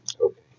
Okay